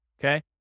Okay